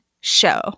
show